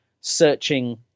searching